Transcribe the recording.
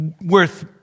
worth